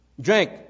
drink